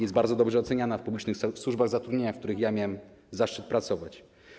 Jest bardzo dobrze oceniana w publicznych służbach zatrudnienia, w których miałem zaszczyt pracować.